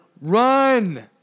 run